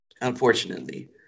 unfortunately